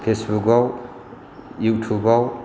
फेसबुखआव इयुटुबाव